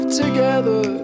together